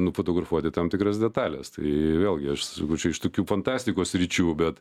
nufotografuoti tam tikras detales tai vėlgi aš būčiau iš tokių fantastikos sričių bet